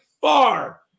far